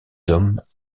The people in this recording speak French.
hommes